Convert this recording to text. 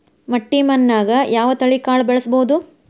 ಮಟ್ಟಿ ಮಣ್ಣಾಗ್, ಯಾವ ತಳಿ ಕಾಳ ಬೆಳ್ಸಬೋದು?